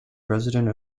president